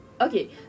Okay